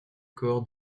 corps